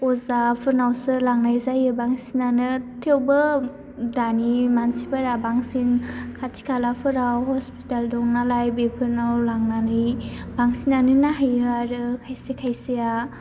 अजा फोरनावसो लांनाय जायो बांसिनानो थेवबो दानि मानसिफोरा बांसिन खाथि खालाफोराव हस्पिटाल दं नालाय बेफोरनाव लांनानै बांसिनानो नाहैयो आरो खायसे खायसेया